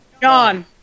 john